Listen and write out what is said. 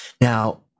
Now